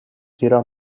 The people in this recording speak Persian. زیرا